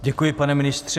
Děkuji, pane ministře.